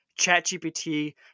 ChatGPT